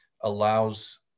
allows